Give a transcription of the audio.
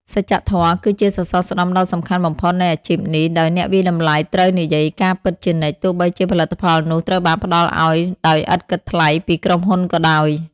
សច្ចធម៌គឺជាសសរស្តម្ភដ៏សំខាន់បំផុតនៃអាជីពនេះ ដោយអ្នកវាយតម្លៃត្រូវនិយាយការពិតជានិច្ច ទោះបីជាផលិតផលនោះត្រូវបានផ្តល់ឱ្យដោយឥតគិតថ្លៃពីក្រុមហ៊ុនក៏ដោយ។